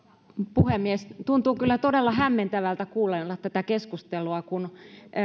puhemies tuntuu kyllä todella hämmentävältä kuunnella tätä keskustelua kun